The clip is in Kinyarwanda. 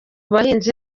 bahinzi